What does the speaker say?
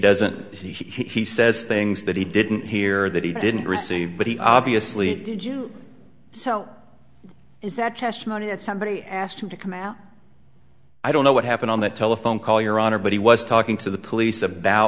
doesn't he says things that he didn't hear that he didn't receive but he obviously did you so is that testimony that somebody asked him to come out i don't know what happened on that telephone call your honor but he was talking to the police about